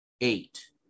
eight